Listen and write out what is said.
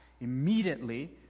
immediately